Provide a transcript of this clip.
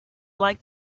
like